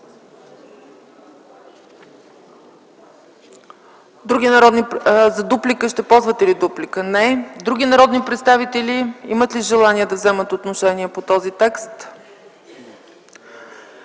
Други народни представители имат ли желание да вземат отношение по този текст?